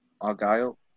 Argyle